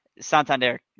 Santander